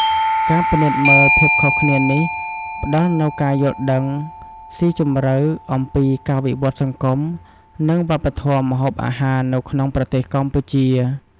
ការពិនិត្យមើលភាពខុសគ្នានេះ ផ្ដល់នូវការយល់ដឹងស៊ីជម្រៅអំពីការវិវត្តន៍សង្គម និងវប្បធម៌ម្ហូបអាហារនៅក្នុងប្រទេសកម្ពុជា។